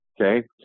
Okay